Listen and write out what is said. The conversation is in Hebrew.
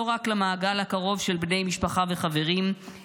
רק למעגל הקרוב של בני משפחה וחברים,